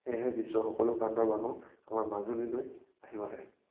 সেয়েহে বিশ্ব সকলো প্ৰান্তৰ মানুহ আমাৰ মাজুলীলৈ আহিব লাগে